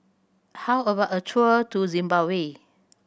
how about a tour to Zimbabwe